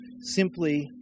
simply